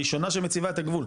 הראשונה שמציבה את הגבול,